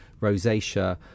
rosacea